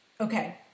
okay